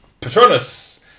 Patronus